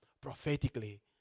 prophetically